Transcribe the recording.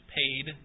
paid